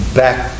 back